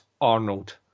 Arnold